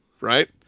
right